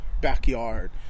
backyard